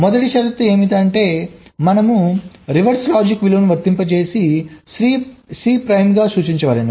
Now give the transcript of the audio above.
మొదటి షరతు ఏం చెబుతుందంటే మనము రివర్స్ లాజికల్ విలువను వర్తింపజేసి Cప్రైమ్గా సూచించవలెను